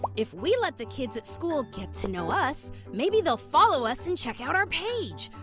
if we let the kids at school get to know us, maybe they'll follow us and check out our page.